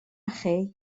chi